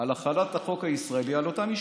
על החלת החוק הישראלי על אותם יישובים.